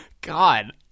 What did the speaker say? God